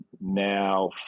now